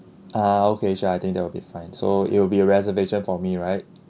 ah okay sure I think that will be fine so it will be a reservation for me right